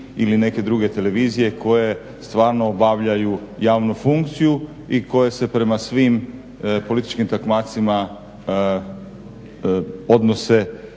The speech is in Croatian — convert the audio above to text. ili neke druge televizije koje stvarno obavljaju javnu funkciju i koje se prema svim političkim takmacima odnose